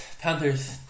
Panthers